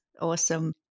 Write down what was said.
Awesome